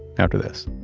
after this